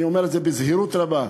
אני אומר את זה בזהירות רבה: